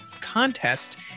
contest